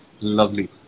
Lovely